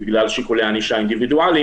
בגלל שיקולי ענישה אינדיבידואליים,